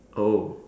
oh